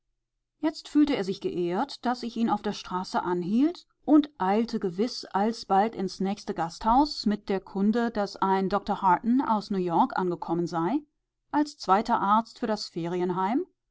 jetzt fühlte er sich geehrt daß ich ihn auf der straße anhielt und eilte gewiß alsbald ins nächste gasthaus mit der kunde daß ein dr harton aus neuyork angekommen sei als zweiter arzt für das ferienheim